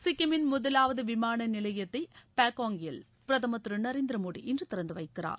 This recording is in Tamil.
சிக்கிமின் முதலாவது விமான நிலையத்தை பாக்கியாங் ல் பிரதமர் திரு நரேந்திர மோடி இன்று திறந்து வைக்கிறார்